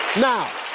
now.